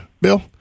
Bill